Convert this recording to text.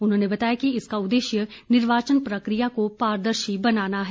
उन्होंने बताया कि इसका उद्देश्य निर्वाचन प्रक्रिया को पारदर्शी बनाना है